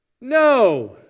No